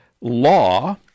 law